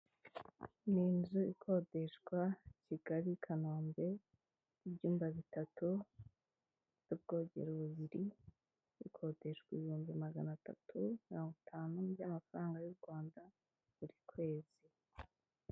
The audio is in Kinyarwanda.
Ni inzu ikodeshwa Kigali-Kanombe, ibyumba bitatu, ubwogero bubiri, ikodeshwa ibihumbi magana atatu na mirongo itanu by'amafaranga y'u Rwanda buri kwezi.